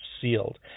sealed